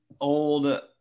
old